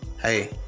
hey